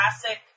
classic